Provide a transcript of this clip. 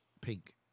Pink